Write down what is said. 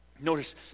Notice